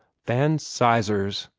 van sizers!